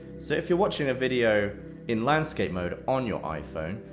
so if you're watching a video in landscape mode on your iphone,